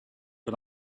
but